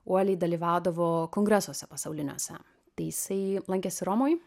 uoliai dalyvaudavo kongresuose pasauliniuose tai jisai lankėsi romoj